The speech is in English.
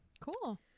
Cool